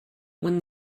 when